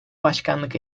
başkanlık